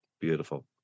Beautiful